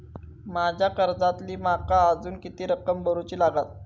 माझ्या कर्जातली माका अजून किती रक्कम भरुची लागात?